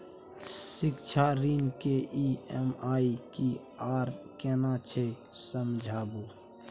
शिक्षा ऋण के ई.एम.आई की आर केना छै समझाबू?